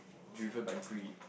driven by greed